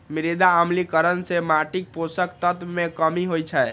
मृदा अम्लीकरण सं माटिक पोषक तत्व मे कमी होइ छै